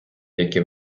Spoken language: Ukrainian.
які